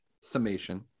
summation